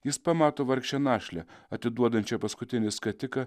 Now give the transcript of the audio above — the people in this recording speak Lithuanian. jis pamato vargšę našlę atiduodančią paskutinį skatiką